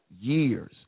years